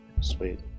Sweet